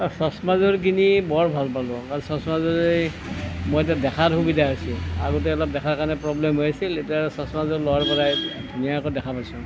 অঁ চশমাযোৰ কিনি বৰ ভাল পালোঁ আৰু ছশমাযোৰেই মই এতিয়া দেখাত সুবিধা হৈছে আগতে আলপ দেখা কাৰণে প্ৰৱ্লেম হৈ আছিল এতিয়া চশমাযোৰ লোৱাৰ পৰাই ধুনীয়াকৈ দেখা পাইছোঁ